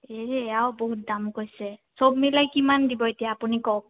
এই এয়াও বহুত দাম কৈছে চব মিলাই কিমান দিব এতিয়া আপুনি কওক